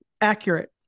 Accurate